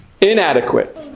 inadequate